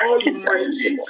Almighty